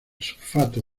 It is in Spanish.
sulfato